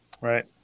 Right